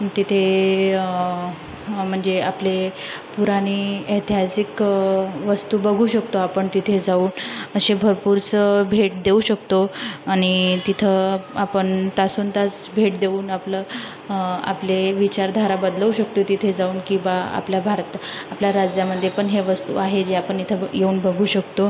तिथे म्हणजे आपले पुराने ऐतिहासिक वस्तू बघू शकतो आपण तिथे जाऊन असे भरपूरसं भेट देऊ शकतो आणि तिथं आपण तासन् तास भेट देऊन आपलं आपले विचारधारा बदलवू शकतो तिथे जाऊन की बा आपला भारत आपल्या राज्यामध्ये पण ह्या वस्तू आहेत जे आपण इथे येऊन बघू शकतो